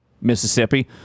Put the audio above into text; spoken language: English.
Mississippi